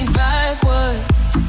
backwards